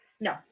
No